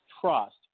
trust